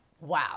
Wow